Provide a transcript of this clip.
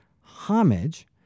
homage